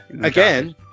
again